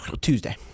Tuesday